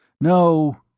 No